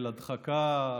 ההדחקה,